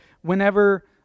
whenever